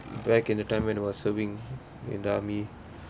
back in the time when I was serving in the army